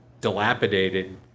dilapidated